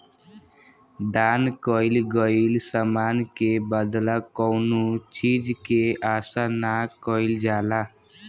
दान कईल गईल समान के बदला कौनो चीज के आसा ना कईल जाला